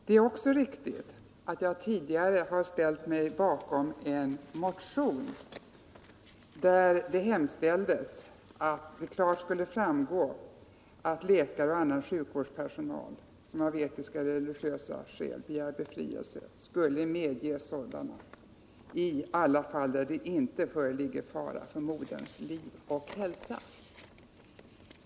Det är också riktigt att jag tidigare har ställt mig bakom en motion, vari hemställdes att det tydligt skulle framgå att läkare och annan sjukvårdspersonal, som av etiska eller religiösa skäl begär befrielse, skall medges sådan befrielse i alla fall där det inte föreligger fara för moderns liv och hälsa.